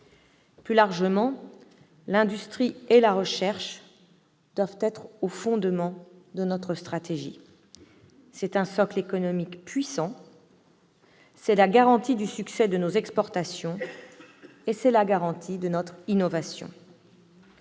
Plus largement, l'industrie et la recherche doivent être au fondement de notre stratégie. C'est un socle économique puissant, une garantie du succès de nos exportations comme de notre innovation.